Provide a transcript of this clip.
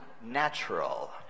natural